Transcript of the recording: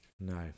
No